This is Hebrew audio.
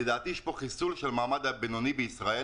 לדעתי, יש פה חיסול מעמד הבינוני בישראל